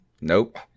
Nope